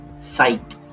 site